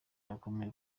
bakomeye